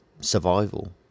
survival